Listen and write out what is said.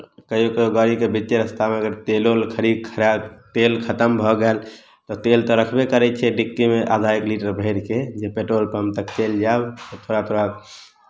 कहियो कहियो गाड़ीके बीचे रास्तामे अगर तेलो खरीद खराब तेल खतम भऽ गेल तऽ तेल तऽ रखबे करै छियै डिक्कीमे आधा एक लीटर भरि कऽ जे पेट्रोल पम्प तक चलि जायब थोड़ा थोड़ा